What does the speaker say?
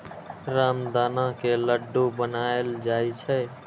रामदाना के लड्डू बनाएल जाइ छै